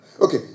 Okay